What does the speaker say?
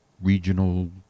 regional